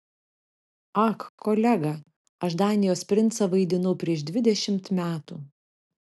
ak kolega aš danijos princą vaidinau prieš dvidešimt metų